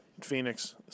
Phoenix